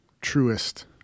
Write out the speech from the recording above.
truest